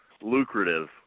lucrative